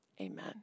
Amen